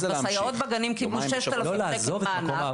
אז הסייעות בגנים קיבלו 6,000 שקלים מענק,